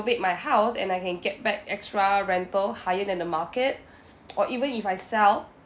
~vate my house and I can get back extra rental higher than the market or even if I sell